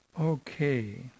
Okay